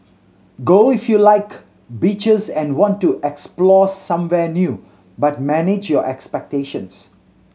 go if you like beaches and want to explore somewhere new but manage your expectations